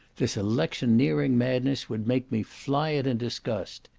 this electioneering madness would make me fly it in disgust.